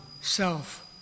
Self